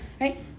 Right